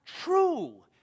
true